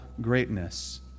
greatness